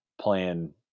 playing